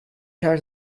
her